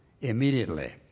immediately